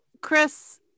Chris